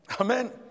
Amen